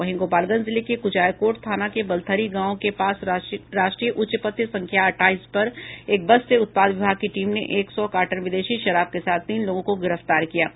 वहीं गोपालगंज जिले के कुचायकोट थाना के बलथरी गांव के पास राष्ट्रीय उच्च पथ संख्या अट्टाईस पर एक बस से उत्पाद विभाग की टीम ने एक सौ कार्टन विदेशी शराब के साथ तीन लोगों को गिरफ्तार किया है